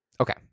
Okay